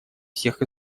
всех